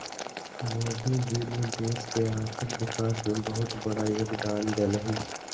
मोदी जी ने देश के आर्थिक विकास में बहुत बड़ा योगदान देलय